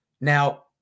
Now